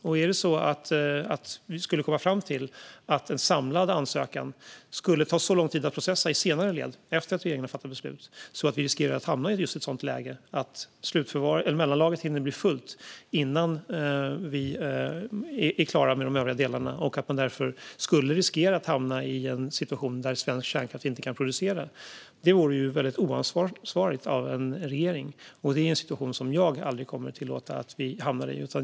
Vi skulle kunna komma fram till att en samlad ansökan skulle ta så lång tid att processa i senare led, efter att regeringen har fattat beslut, att vi kan hamna i ett läge där mellanlagret hinner bli fullt innan vi är klara med de övriga delarna och vi därför riskerar att hamna i en situation där svensk kärnkraft inte kan produceras. Det vore oansvarigt av en regering, och det är en situation som jag aldrig kommer att tillåta att vi hamnar i.